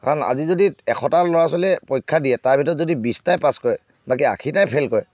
কাৰণ আজি যদি এশটা ল'ৰা ছোৱালীয়ে পৰীক্ষা দিয়ে তাৰ ভিতৰত যদি বিশটাই পাছ কৰে বাকী আশীটাই ফে'ল কৰে